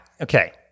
Okay